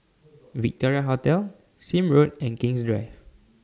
Victoria Hotel Sime Road and King's Drive